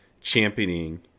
championing